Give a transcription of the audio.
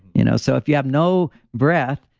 you know so, if you have no breath,